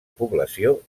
població